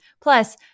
Plus